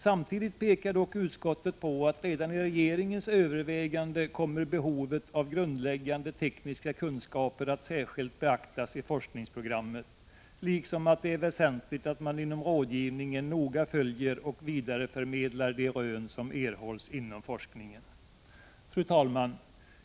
Samtidigt pekar utskottet på att redan vid regeringens överväganden kommer behovet av grundläggande tekniska kunskaper att särskilt beaktas i forskningsprogrammet, liksom på att det är väsentligt att man inom rådgivningen noga följer och vidareförmedlar de rön som erhålls inom forskningen. Fru talman!